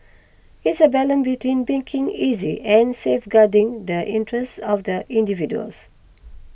it's a balance between making easy and safeguarding the interests of the individuals